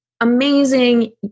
amazing